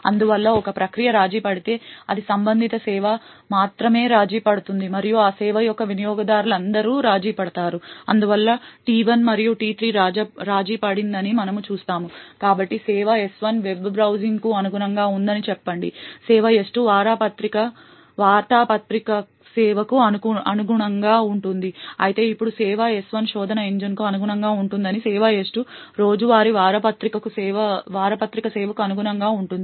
అందువల్ల ఒక ప్రక్రియ రాజీపడితే అది సంబంధిత సేవ మాత్రమే రాజీపడుతుంది మరియు ఆ సేవ యొక్క వినియోగదారులందరూ రాజీ పడతారు అందువల్ల T1 మరియు T3 రాజీపడిందని మనము చూస్తాము కాబట్టి సేవ S1 వెబ్ బ్రౌజింగ్కు అనుగుణంగా ఉందని చెప్పండి సేవ S2 వార్తాపత్రిక సేవకు అనుగుణంగా ఉంటుంది అయితే ఇప్పుడు సేవ S1 శోధన ఇంజిన్కు అనుగుణంగా ఉంటుందని సేవ S2 రోజువారీ వార్తాపత్రిక సేవకు అనుగుణంగా ఉంటుంది